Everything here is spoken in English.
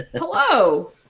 hello